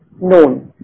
known